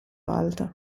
alto